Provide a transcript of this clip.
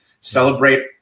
Celebrate